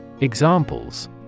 Examples